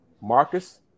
Marcus